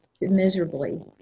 miserably